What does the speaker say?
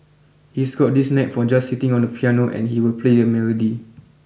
he's got this knack for just sitting on the piano and he will play a melody